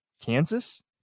Kansas